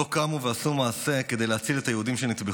לא קמו ועשו מעשה כדי להציל את היהודים שנטבחו.